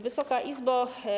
Wysoka Izbo!